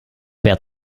wer